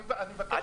אני מבקש -- סליחה,